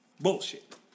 Bullshit